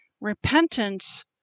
Repentance